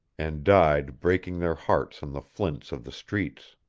and died breaking their hearts on the flints of the streets.